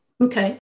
Okay